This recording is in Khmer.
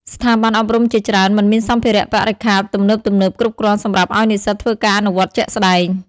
ស្ថាប័នអប់រំជាច្រើនមិនមានសម្ភារៈបរិក្ខារទំនើបៗគ្រប់គ្រាន់សម្រាប់ឱ្យនិស្សិតធ្វើការអនុវត្តជាក់ស្តែង។